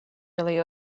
really